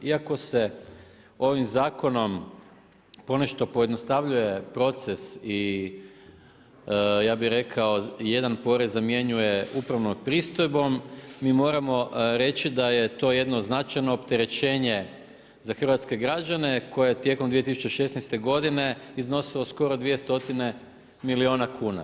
Iako se ovim zakonom ponešto pojednostavljuje proces i ja bih rekao jedan porez zamjenjuje upravnom pristojbom mi moramo reći da je to jedno značajno opterećenje za hrvatske građane koje je tijekom 2016. godine iznosilo skoro 2 stotine milijuna kuna.